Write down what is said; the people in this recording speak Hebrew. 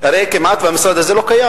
הרי כמעט שהמשרד הזה לא קיים,